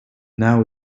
now